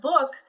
book